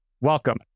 welcome